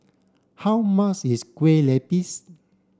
how much is Kueh Lapis